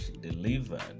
delivered